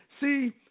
see